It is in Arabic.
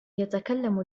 يتكلم